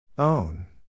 Own